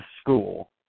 school